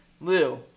Lou